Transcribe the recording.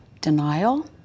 denial